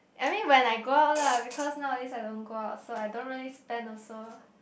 I mean when I go out lah because nowadays I don't go out so I don't really spend also